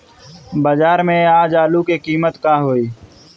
बाजार में आज आलू के कीमत का होई?